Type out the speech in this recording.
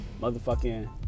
motherfucking